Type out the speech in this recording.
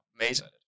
amazing